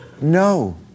No